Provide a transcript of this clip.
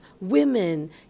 women